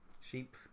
sheep